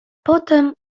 potem